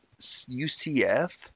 UCF